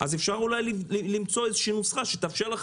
אז אפשר אולי למצוא איזו נוסחה שתאפשר לך